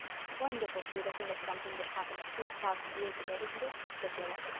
it's wonderful to be looking at something that happened three thousand years ago, isn't it? said rilla.